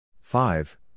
five